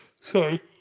Sorry